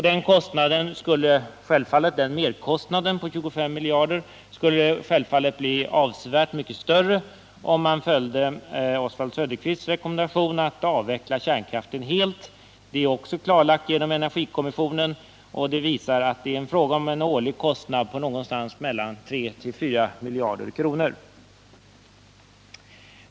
Denna merkostnad skulle självfallet bli avsevärt mycket större om man följde Oswald Söderqvists rekommendation att helt avveckla kärnkraften. Detta har också energikommissionen klarlagt, och den har också visat att det är fråga om en årlig kostnad på mellan tre och fyra miljarder kronor.